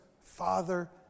Father